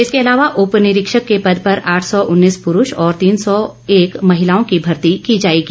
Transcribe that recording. इसके अलावा उपनिरीक्षक के पद पर आठ सौ उन्नीस पुरुष और तीन सौ एक महिलाओं की भर्ती की जाएगी